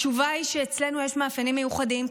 התשובה היא שאצלנו יש מאפיינים מיוחדים,